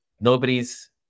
Nobody's